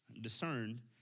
discerned